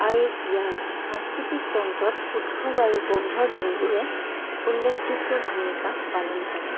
আৰু ইয়াৰ সাংস্কৃতিক তন্ত্ৰত উৎসৱ আৰু বন্ধৰ দিনবোৰে উল্লেখযোগ্য ভূমিকা পালন কৰে